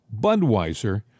Budweiser